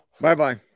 Bye-bye